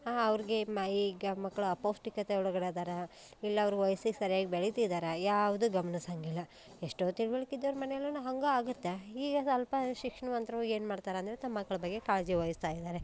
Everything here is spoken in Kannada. ಅವ್ರಿಗೆ ಮೈಗೆ ಮಕ್ಕಳು ಅಪೌಷ್ಟಿಕತೆ ಒಳಗಡೆ ಅದಾರಾ ಇಲ್ಲ ಅವ್ರ ವಯ್ಸಿಗೆ ಸರಿಯಾಗಿ ಬೆಳೀತಿದಾರಾ ಯಾವುದೂ ಗಮ್ನಿಸಂಗಿಲ್ಲ ಎಷ್ಟೋ ತಿಳಿವಳಿಕೆ ಇದ್ದವ್ರ ಮನೆಯಲ್ಲೂನು ಹಂಗೆ ಆಗುತ್ತೆ ಈಗ ಸ್ವಲ್ಪ ಶಿಕ್ಷಣವಂತರು ಏನ್ಮಾಡ್ತಾರೆ ಅಂದರೆ ತಮ್ಮ ಮಕ್ಳ ಬಗ್ಗೆ ಕಾಳಜಿ ವಹಿಸ್ತಾ ಇದ್ದಾರೆ